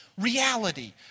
reality